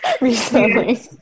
recently